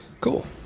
Cool